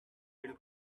rail